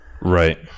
Right